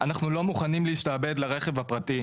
אנחנו לא מוכנים להשתעבד לרכב הפרטי.